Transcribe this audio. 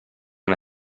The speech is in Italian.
una